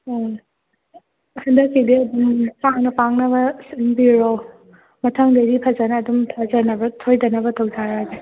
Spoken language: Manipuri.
ꯑꯣ ꯍꯟꯗꯛꯀꯤꯗꯤ ꯑꯗꯨꯝ ꯄꯥꯡꯅ ꯄꯥꯡꯅꯕ ꯁꯤꯟꯕꯤꯔꯣ ꯃꯊꯪꯗꯩꯗꯤ ꯐꯖꯅ ꯑꯗꯨꯝ ꯊꯥꯖꯅꯕ ꯁꯣꯏꯗꯅꯕ ꯇꯧꯖꯔꯒꯦ